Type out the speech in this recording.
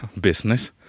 business